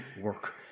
Work